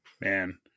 Man